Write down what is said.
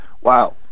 wow